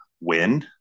win